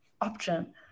option